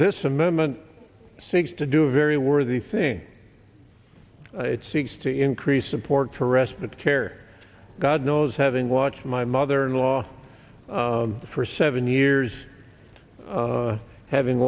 this amendment seeks to do a very worthy thing it seeks to increase support for respite care god knows having watched my mother in law for seven years having